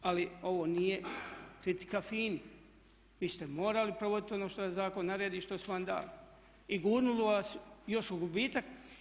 Ali ovo nije kritika FINA-i, vi ste morali provoditi ono što vam zakon naredi i što su vam dali i gurnulo vas još u gubitak.